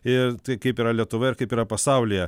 ir tai kaip yra lietuvoj kaip yra pasaulyje